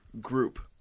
Group